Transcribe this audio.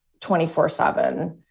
24-7